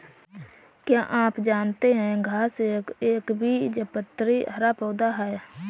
क्या आप जानते है घांस एक एकबीजपत्री हरा पौधा है?